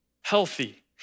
healthy